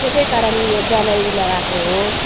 त्यसै कारण यो जनै लगाएको हो